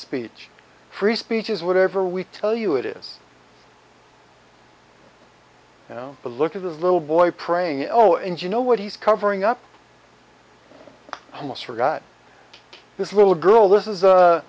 speech free speech is whatever we tell you it is you know look at this little boy praying oh and you know what he's covering up almost forgot this little girl this is